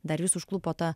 dar vis užklupo ta